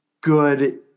good